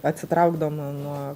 atsitraukdama nuo